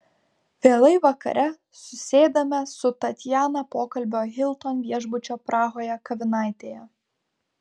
vėlai vakare susėdame su tatjana pokalbio hilton viešbučio prahoje kavinaitėje